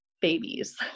babies